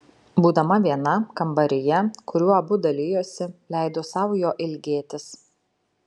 būdama viena kambaryje kuriuo abu dalijosi leido sau jo ilgėtis